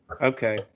Okay